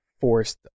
forced